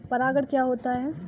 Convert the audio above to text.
परागण क्या होता है?